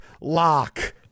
lock